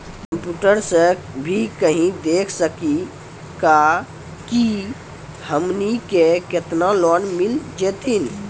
Computer सा भी कही देख सकी का की हमनी के केतना लोन मिल जैतिन?